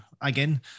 again